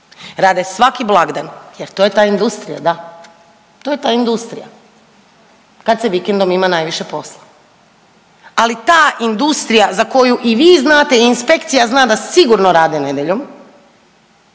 rade svaki blagdan jer to je ta industrija da, to je ta industrija kad se vikendom ima najviše posla. Ali ta industrija za koju i vi znate i inspekcija zna da sigurno rade nedjeljom